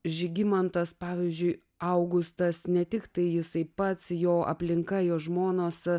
žygimantas pavyzdžiui augustas ne tik tai jisai pats jo aplinka jo žmonos